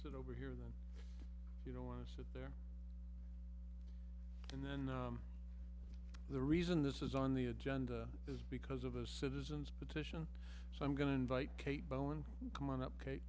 sit over here that you don't want to sit there and then the reason this is on the agenda is because of the citizens petition so i'm going to invite kate bowen come on up k